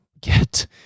get